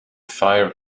fire